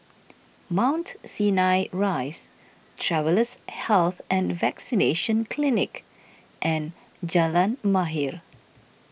Mount Sinai Rise Travellers' Health and Vaccination Clinic and Jalan Mahir